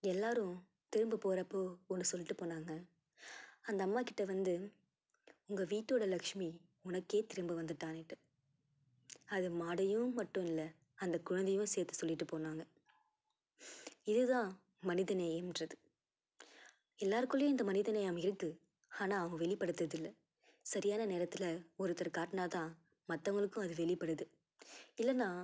எல்லாரும் திரும்ப போகிறப்போ ஒன்று சொல்லிட்டு போனாங்கள் அந்த அம்மாக்கிட்ட வந்து உங்கள் வீட்டோடய லக்ஷ்மி உனக்கே திரும்ப வந்துட்டானுட்டு அது மாடையும் மட்டும் இல்லை அந்த குழந்தையும் சேர்த்து சொல்லிட்டு போனாங்கள் இது தான் மனிதநேயம்ன்றது எல்லாருக்குள்ளேயும் இந்த மனிதநேயம் இருக்குது ஆனால் அவங்க வெளிப்படுத்துகிறது இல்லை சரியான நேரத்தில் ஒருத்தர் காட்டினா தான் மற்றவங்களுக்கும் அது வெளிப்படுது இல்லைனா